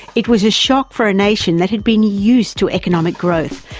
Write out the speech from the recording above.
it was a shock for a nation that had been used to economic growth,